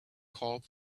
called